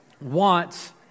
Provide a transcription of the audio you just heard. want